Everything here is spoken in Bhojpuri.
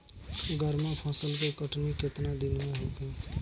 गर्मा फसल के कटनी केतना दिन में होखे?